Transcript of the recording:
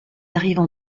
arrivent